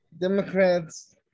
Democrats